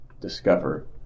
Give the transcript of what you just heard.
discover